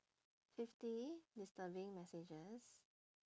fifty disturbing messages